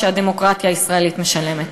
שהדמוקרטיה הישראלית משלמת.